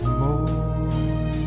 more